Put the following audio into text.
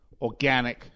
organic